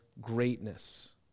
greatness